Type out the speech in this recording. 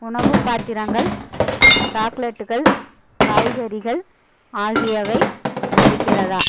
உணவுப் பாத்திரங்கள் சாக்லேட்டுகள் காய்கறிகள் ஆகியவை இருக்கிறதா